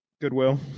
Goodwill